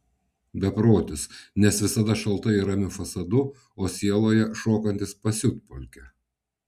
beprotis nes visada šaltai ramiu fasadu o sieloje šokantis pasiutpolkę